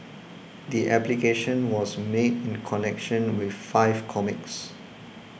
the application was made in connection with five comics